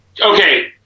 Okay